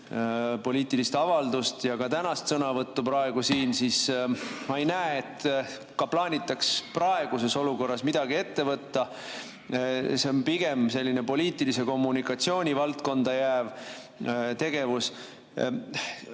poliitilist avaldust, ja ka tänast sõnavõttu ega näe, et tegelikult plaanitaks praeguses olukorras midagi ette võtta. See on pigem selline poliitilise kommunikatsiooni valdkonda jääv tegevus.